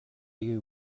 you